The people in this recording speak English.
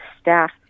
staff